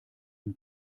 dem